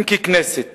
אם ככנסת